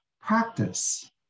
practice